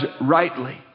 rightly